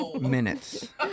minutes